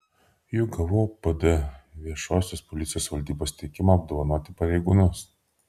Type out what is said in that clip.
juk gavau pd viešosios policijos valdybos teikimą apdovanoti pareigūnus